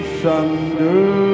thunder